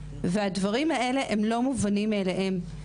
והדברים האלה הם לא מובנים מאליהם.